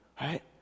right